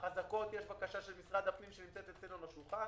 החזקות יש בקשה של משרד הפנים שנמצאת אצלנו על השולחן.